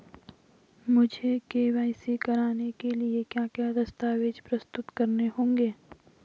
मुझे के.वाई.सी कराने के लिए क्या क्या दस्तावेज़ प्रस्तुत करने होंगे?